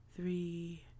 three